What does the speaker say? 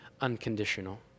unconditional